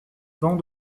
bancs